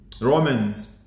Romans